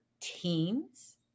teams